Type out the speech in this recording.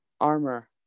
armor